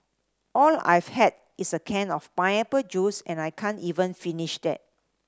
all I've had is a can of pineapple juice and I can't even finish that